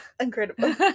incredible